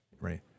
right